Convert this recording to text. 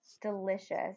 delicious